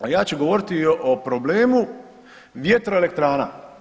Ja ću govoriti o problemu vjetroelektrana.